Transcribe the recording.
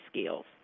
skills